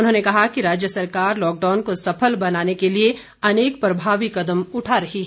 उन्होंने कहा कि राज्य सरकार लॉकडाउन को सफल बनाने के लिए अनेक प्रभावी कदम उठा रही है